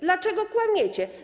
Dlaczego kłamiecie?